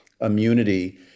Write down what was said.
immunity